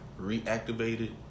Reactivated